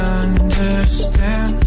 understand